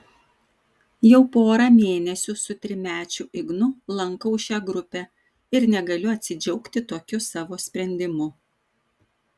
jau porą mėnesių su trimečiu ignu lankau šią grupę ir negaliu atsidžiaugti tokiu savo sprendimu